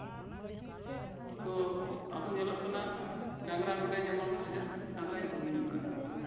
ᱛᱚ ᱟᱵᱚ ᱧᱮᱞᱚᱜ ᱠᱟᱱᱟ ᱰᱟᱝᱨᱟ ᱱᱚᱛᱮ ᱨᱮ ᱰᱟᱝᱨᱟᱭ ᱵᱩᱨᱩᱢ ᱟᱠᱟᱱᱟ